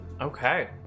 Okay